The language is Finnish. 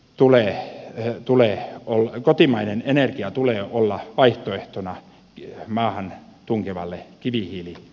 tulee tulee olla kotimainen energia tulee olla vaihtoehtona maahan tunkevalle kivihiilivyörylle